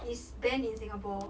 is banned in singapore